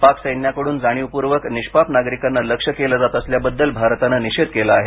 पाक सैन्याकडून जाणीवपूर्वक निष्पाप नागरिकांना लक्ष्य केलं जात असल्याबद्दल भारतानं निषेध केला आहे